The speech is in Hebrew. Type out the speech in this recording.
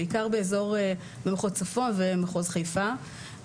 בעיקר במחוז צפון ומחוז חיפה,